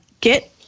get